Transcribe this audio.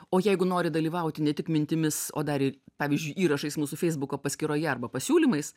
o jeigu nori dalyvauti ne tik mintimis o dar ir pavyzdžiui įrašais mūsų feisbuko paskyroje arba pasiūlymais